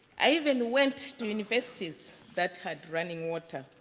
i even went to universities that had running water.